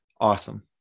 Awesome